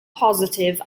positif